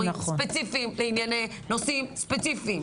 ספציפיים לענייני נושאים ספציפיים,